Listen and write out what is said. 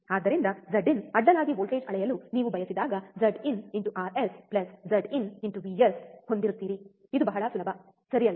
ಆದ್ದರಿಂದ Z in ಅಡ್ಡಲಾಗಿ voltage ಅಳೆಯಲು ನೀವು ಬಯಸಿದಾಗಝಡ್ in RS Z in VS Zin Rs Z in Vs ಹೊಂದಿರುತೀರೀ ಇದು ಬಹಳ ಸುಲಭ ಸರಿ ಅಲ್ಲವಾ